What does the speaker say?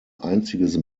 einziges